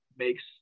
makes